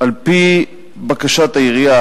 על-פי בקשת העירייה,